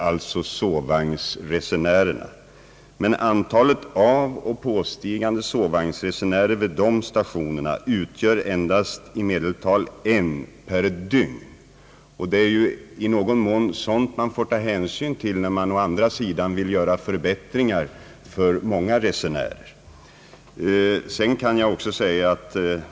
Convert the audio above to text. Antalet avoch påstigande sovvagnsresenärer uppgår emellertid där till i medeltal en per dygn, vilket man i någon mån får ta hänsyn till, när man å andra sidan vill göra förbättringar för många resenärer till och från andra platser.